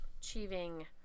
achieving